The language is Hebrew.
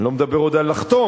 ואני לא מדבר עוד על לחתום,